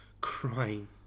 crying